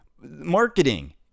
marketing